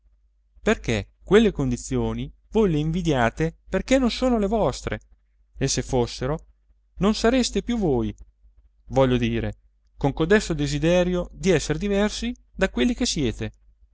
perché quelle condizioni voi le invidiate perché non sono le vostre e se fossero non sareste più voi voglio dire con codesto desiderio di esser diversi da quelli che siete